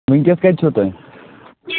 وُنکٮ۪س کَتہِ چھُو تُہۍ